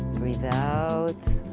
breathe out,